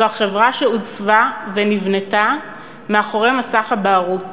זו החברה שעוצבה ונבנתה מאחורי "מסך הבערות".